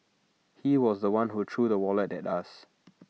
he was The One who threw the wallet at us